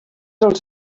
els